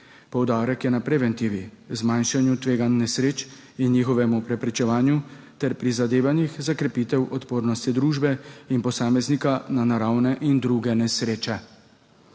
Poudarek je na preventivi, zmanjšanju tveganj nesreč in njihovemu preprečevanju ter prizadevanjih za krepitev odpornosti družbe in posameznika na naravne in druge nesreče.